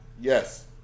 Yes